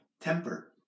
temper